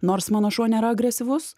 nors mano šuo nėra agresyvus